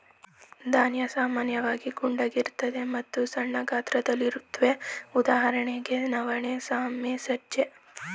ಧಾನ್ಯ ಸಾಮಾನ್ಯವಾಗಿ ಗುಂಡಗಿರ್ತದೆ ಮತ್ತು ಸಣ್ಣ ಗಾತ್ರದಲ್ಲಿರುತ್ವೆ ಉದಾಹರಣೆಗೆ ನವಣೆ ಸಾಮೆ ಸಜ್ಜೆ